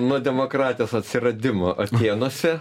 nuo demokratijos atsiradimo atėnuose